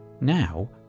now